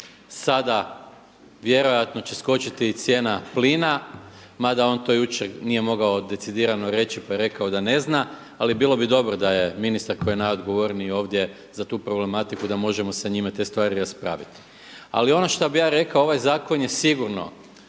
Sada vjerojatno će skočiti i cijena plina mada on to jučer nije mogao decidirano reći, pa je rekao da ne zna. Ali bilo bi dobro da je ministar koji je najodgovorniji ovdje za tu problematiku da možemo sa njime te spravi raspraviti. Ali ono šta bih ja rekao ovaj zakon je sigurno